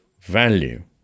value